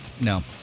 No